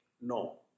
No